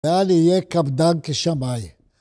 ואל יהיה קב דג כשמאי.